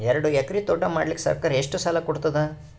ಎರಡು ಎಕರಿ ತೋಟ ಮಾಡಲಿಕ್ಕ ಸರ್ಕಾರ ಎಷ್ಟ ಸಾಲ ಕೊಡತದ?